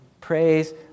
Praise